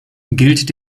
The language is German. gilt